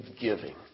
giving